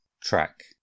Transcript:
track